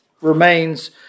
remains